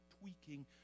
tweaking